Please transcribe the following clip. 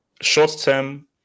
Short-term